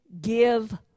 give